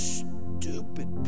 stupid